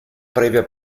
previa